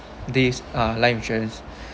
these are life insurance